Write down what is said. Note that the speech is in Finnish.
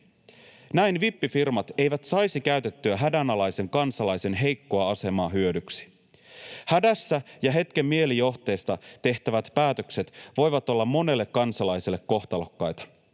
Näin vippifirmat eivät saisi käytettyä hädänalaisen kansalaisen heikkoa asemaa hyödyksi. Hädässä ja hetken mielijohteesta tehtävät päätökset voivat olla monelle kansalaiselle kohtalokkaita.